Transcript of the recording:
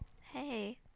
Hey